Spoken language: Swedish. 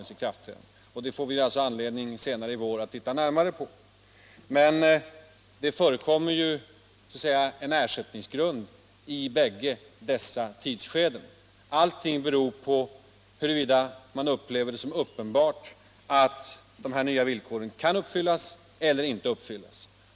Senare i vår får vi anledning att se närmare på den saken. Propositionen innehåller regler om ersättning under bägge dessa tidsskeden. Allting beror på huruvida reaktorinnehavaren upplever det som uppenbart att de här villkoren kan uppfyllas eller inte.